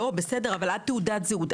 אבל עד תעודת זהות.